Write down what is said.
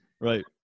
Right